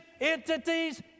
entities